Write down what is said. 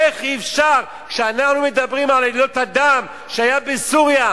איך אפשר כשאנחנו מדברים על עלילות הדם שהיו בסוריה,